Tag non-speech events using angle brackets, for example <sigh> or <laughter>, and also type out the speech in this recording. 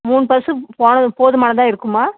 மூணு பஸ்ஸு <unintelligible> போதுமானதா இருக்குமா